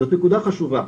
זאת נקודה חשובה,